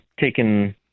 taken